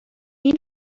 این